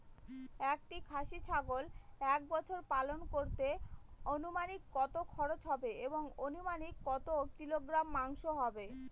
একটি খাসি ছাগল এক বছর পালন করতে অনুমানিক কত খরচ হবে এবং অনুমানিক কত কিলোগ্রাম মাংস হবে?